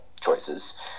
choices